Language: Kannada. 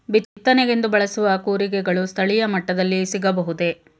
ಬಿತ್ತನೆಗೆಂದು ಬಳಸುವ ಕೂರಿಗೆಗಳು ಸ್ಥಳೀಯ ಮಟ್ಟದಲ್ಲಿ ಸಿಗಬಹುದೇ?